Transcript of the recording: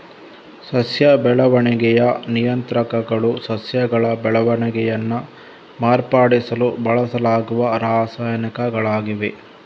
ಸಸ್ಯ ಬೆಳವಣಿಗೆಯ ನಿಯಂತ್ರಕಗಳು ಸಸ್ಯಗಳ ಬೆಳವಣಿಗೆಯನ್ನ ಮಾರ್ಪಡಿಸಲು ಬಳಸಲಾಗುವ ರಾಸಾಯನಿಕಗಳಾಗಿವೆ